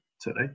today